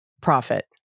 profit